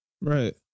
Right